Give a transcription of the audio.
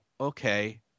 okay